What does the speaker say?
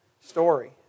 story